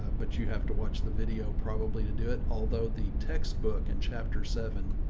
ah but you have to watch the video probably to do it. although the textbook and chapter seven,